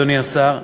אדוני השר,